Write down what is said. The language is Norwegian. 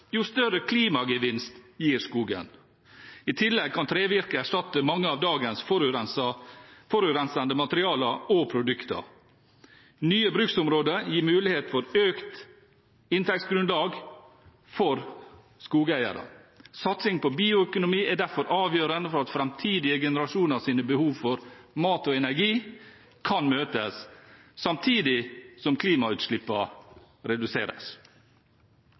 jo større klimagevinst gir skogen. I tillegg kan trevirke erstatte mange av dagens forurensende materialer og produkter. Nye bruksområder gir mulighet for økt inntektsgrunnlag for skogeierne. Satsing på bioøkonomi er derfor avgjørende for at framtidige generasjoners behov for mat og energi kan møtes, samtidig som klimautslippene reduseres.